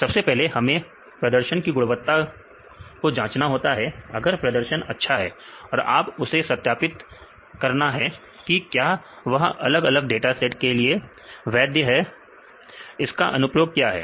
सबसे पहले हमें प्रदर्शन के गुणवत्ता को जांच ना होता है अगर प्रदर्शन अच्छा है फिर आप उसे सत्यापित करना होता है कि क्या यह अलग अलग डाटा सेट्स के लिए वैद्य है इसका अनुप्रयोग क्या है